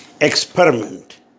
experiment